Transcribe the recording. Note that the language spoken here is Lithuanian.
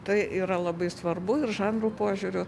tai yra labai svarbu ir žanrų požiūriu